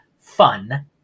fun